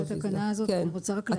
לגבי תקנה 29,